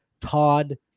Todd